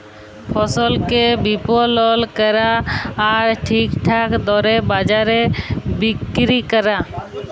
ফসলকে বিপলল ক্যরা আর ঠিকঠাক দরে বাজারে বিক্কিরি ক্যরা